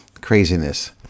craziness